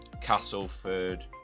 Castleford